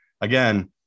again